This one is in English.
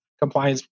compliance